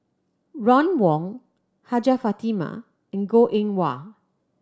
Ron Wong Hajjah Fatimah and Goh Eng Wah